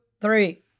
three